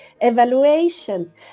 evaluations